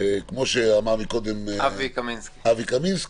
כמו שאמר קודם אבי קמינסקי,